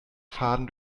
faden